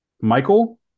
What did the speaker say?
Michael